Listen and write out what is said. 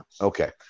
Okay